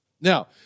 Now